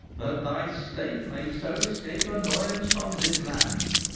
that thy state may so escape annoyance from this land.